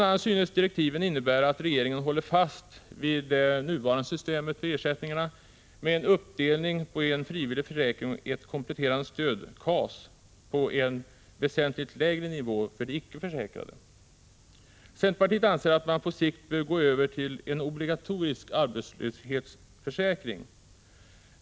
a. synes direktiven innebära att regeringen håller fast vid det nuvarande systemet för ersättningarna med en uppdelning på en frivillig försäkring och ett kompletterande stöd, KAS, på en väsentligt lägre nivå för de icke försäkrade. Centerpartiet anser att man på sikt bör gå över till en obligatorisk arbetslöshetsförsäkring.